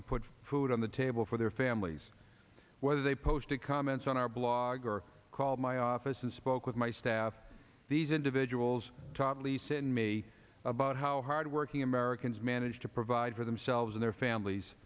to put food on the table for their families whether they posted comments on our blog or called my office and spoke with my staff these individuals taught lisa and me about how hardworking americans managed to provide for themselves and their families